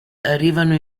arrivano